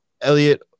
Elliot